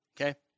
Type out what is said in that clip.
Okay